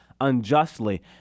unjustly